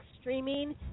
streaming –